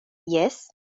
jes